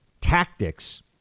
tactics